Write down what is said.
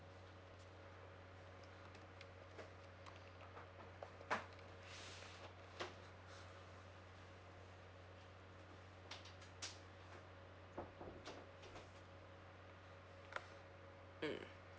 mm